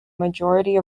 majority